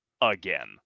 again